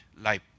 life